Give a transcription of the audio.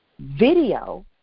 video